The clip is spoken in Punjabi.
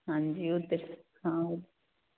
ਹਾਂਜੀ ਉਹ ਤੇ ਹਾਂ